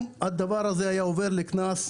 אם הדבר הזה היה עובר לקנס,